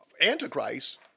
Antichrist